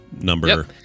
number